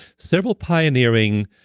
several pioneering